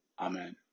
Amen